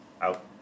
Out